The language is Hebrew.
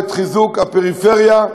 ואת חיזוק הפריפריה,